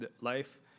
life